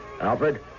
Alfred